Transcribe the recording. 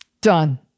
Done